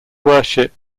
worship